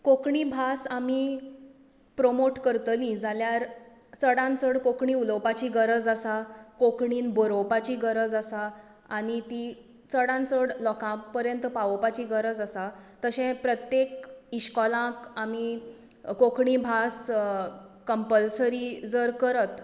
कोंकणी भास आमी प्रमोट करतलीं जाल्यार चडांत चड कोंकणी उलोवपाची गरज आसा कोंकणींत बरोवपाची गरज आसा आनी ती चडांत चड लोकां पर्यंत पावोवपाची गरज आसा तशें प्रत्येक इस्कॉलांत आमी कोंकणी भास कंपलसरी जर करत